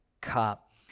cup